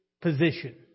Position